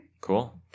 Cool